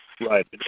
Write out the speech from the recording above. Right